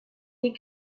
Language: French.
des